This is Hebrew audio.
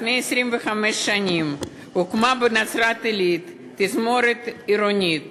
לפני 25 שנים הוקמה בנצרת-עילית התזמורת העירונית